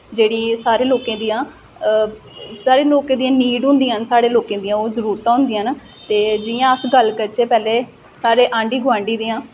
जेह्ड़ी सारें लोकें दियां सारे लोकें दियां नीड होंदियां साढ़े लोकें दियां ओह् जरूरतां होंदियां न ते जि'यां अस गल्ल करचै पैह्लें साढ़े आंढी गोआंढी दियां